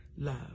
love